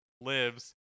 lives